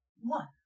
one